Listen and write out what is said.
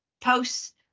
posts